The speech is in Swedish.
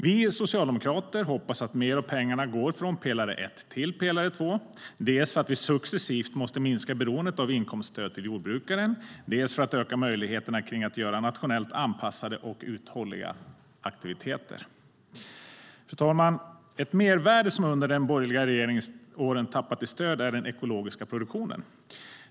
Vi socialdemokrater hoppas att mer av pengarna går från pelare 1 till pelare 2. Dels för att vi successivt måste minska beroendet av inkomststöd till jordbruken, dels för att öka möjligheterna att göra nationellt anpassade och uthålliga aktiviteter. Fru talman! Ett mervärde som under de borgerliga regeringsåren tappat i stöd är den ekologiska produktionen.